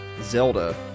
Zelda